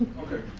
okay,